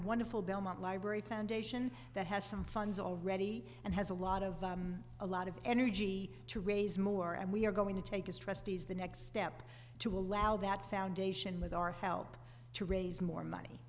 wonderful belmont library foundation that has some funds already and has a lot of a lot of energy to raise more and we're going to take as trustees the next step to allow that foundation with our help to raise more money